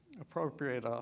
appropriate